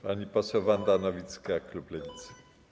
Pani poseł Wanda Nowicka, klub Lewicy.